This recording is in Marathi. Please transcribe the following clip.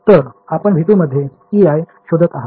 तर आपण V2 मध्ये Ei शोधत आहात